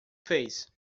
fez